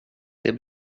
det